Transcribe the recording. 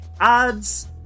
ads